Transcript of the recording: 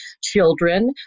children